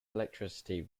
electricity